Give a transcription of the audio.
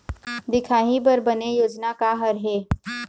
दिखाही बर बने योजना का हर हे?